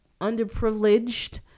underprivileged